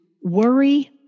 worry